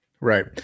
Right